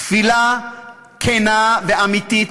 תפילה כנה ואמיתית,